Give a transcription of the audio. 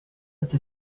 did